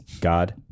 God